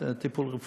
את הטיפול הרפואי.